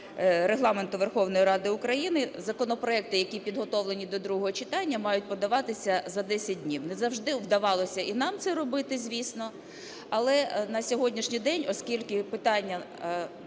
Регламенту Верховної Ради України законопроекти, які підготовлені до другого читання, мають подаватися за 10 днів. Не завжди вдавалося і нам це робити, звісно, але на сьогоднішній день, оскільки питання